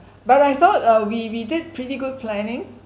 but I thought uh we we did pretty good planning